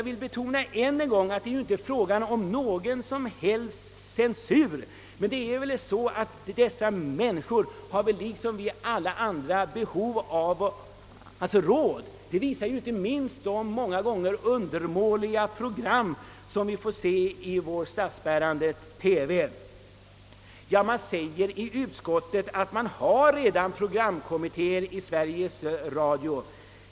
Men liksom alla andra måste ju även dessa människor ha behov av råd. Det visar inte minst de många gånger undermåliga program vi nu får se i TV. Utskottet skriver att det redan finns programkommittéer i Sveriges Radio.